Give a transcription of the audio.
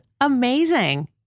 amazing